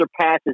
surpasses